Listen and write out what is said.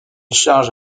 charge